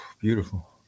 Beautiful